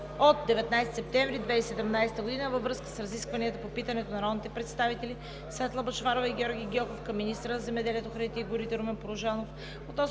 от 19 септември 2017 г. във връзка с разискванията по питането на народните представители Светла Бъчварова и Георги Гьоков към министъра на земеделието, храните и горите Румен Порожанов